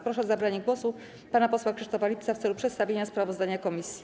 Proszę o zabranie głosu pana posła Krzysztofa Lipca w celu przedstawienia sprawozdania komisji.